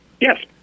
Yes